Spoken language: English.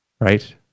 right